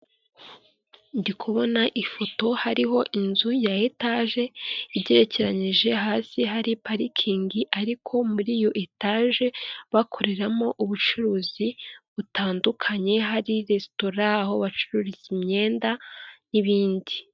Ndikubona ifoto hariho inzu ya etage igerekeranyije, hasi hari parikingi ariko muri iyo etage bakoreramo ubucuruzi butandukanye, hari resitora, aho bacururiza imyenda n'ibindi.